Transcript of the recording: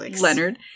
Leonard